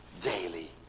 daily